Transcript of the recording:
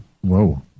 Whoa